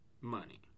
money